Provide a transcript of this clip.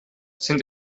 sind